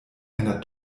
einer